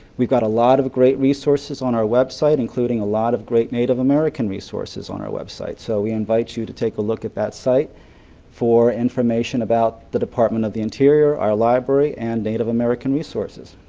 we've got a lot of great resources on our website including a lot of great native american resources on our website, so we invite you to take a look at that site for information about the department of the interior, our library, and native american resources.